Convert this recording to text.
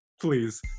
Please